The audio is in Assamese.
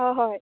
হয় হয়